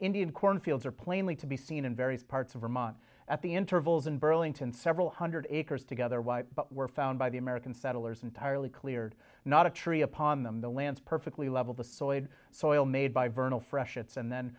indian corn fields are plainly to be seen in various parts of vermont at the intervals in burlington several hundred acres together why were found by the american settlers entirely cleared not a tree upon them the lands perfectly level the soy soil made by vernal freshets and then